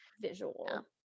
visual